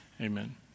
Amen